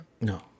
no